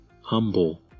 humble